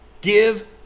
Give